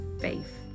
faith